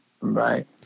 Right